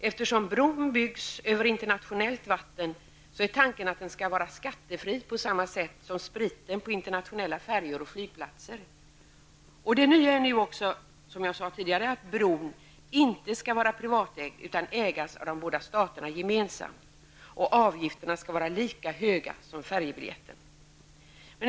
Eftersom bron byggs över internationellt vatten är tanken den att den skall vara skattefri på samma sätt som spriten på internationella färjor och flygplatser. Nytt är dessutom, som jag sade tidigare, att bron inte skall vara privatägd utan ägas av de båda staterna gemensamt. Avgifterna skall vara lika höga som färjebiljetten.